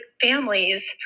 families